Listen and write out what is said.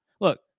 Look